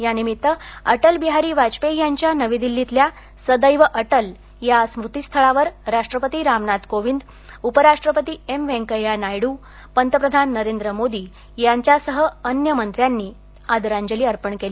यानिमित्त अटलबिहारी वाजपेयी यांच्या नवी दिल्लीतल्या सदैव अटल या स्मृती स्थळावर राष्ट्रपती रामनाथ कोविंद उपराष्ट्रपती एम व्यंकय्या नायडू पंतप्रधान नरेंद्र मोदी यांच्यासह अन्य मंत्र्यांनी आज आदरांजली अर्पण केली